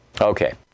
Okay